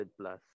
plus